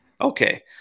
Okay